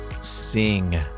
sing